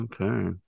Okay